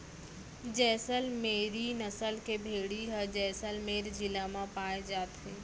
जैसल मेरी नसल के भेड़ी ह जैसलमेर जिला म पाए जाथे